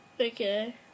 Okay